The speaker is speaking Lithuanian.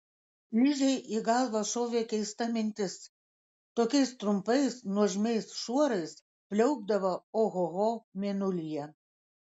ližei į galvą šovė keista mintis tokiais trumpais nuožmiais šuorais pliaupdavo ohoho mėnulyje